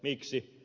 miksi